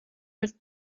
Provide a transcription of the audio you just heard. mit